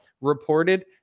reported